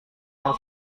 yang